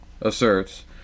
asserts